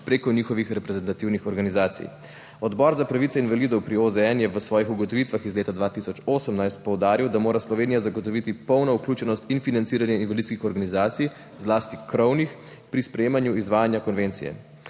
prek njihovih reprezentativnih organizacij. Odbor za pravice invalidov pri OZN je v svojih ugotovitvah iz leta 2018 poudaril, da mora Slovenija zagotoviti polno vključenost in financiranje invalidskih organizacij, zlasti krovnih, pri sprejemanju izvajanja konvencije.